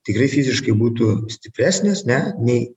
tikrai fiziškai būtų stipresnis ne nei